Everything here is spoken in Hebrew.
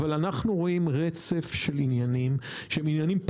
אבל אנחנו רואים רצף של עניינים פרטיקולריים